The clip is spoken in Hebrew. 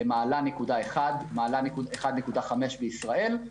1.1 מעלה, 1.5 בישראל.